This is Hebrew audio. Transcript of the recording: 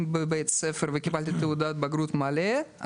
בבית ספר וקיבלתי תעודת בגרות מלאה.